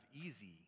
easy